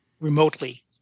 remotely